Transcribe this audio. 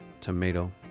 tomato